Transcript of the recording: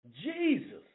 Jesus